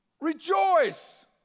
Rejoice